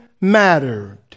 mattered